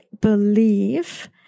believe